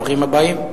ברוכים הבאים.